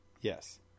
Yes